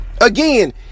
Again